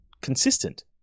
consistent